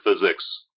physics